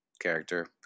Character